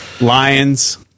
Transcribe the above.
Lions